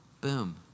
boom